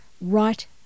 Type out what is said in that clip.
right